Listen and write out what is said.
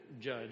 judge